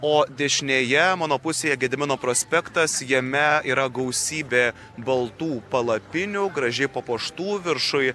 o dešinėje mano pusėje gedimino prospektas jame yra gausybė baltų palapinių gražiai papuoštų viršuj